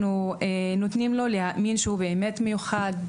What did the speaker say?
אנחנו נותנים לכל ילד להאמין שהוא באמת מיוחד,